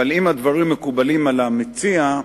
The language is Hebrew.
אבל אם הדברים מקובלים על המציע,